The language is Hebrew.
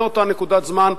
מאותה נקודת זמן,